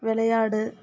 விளையாடு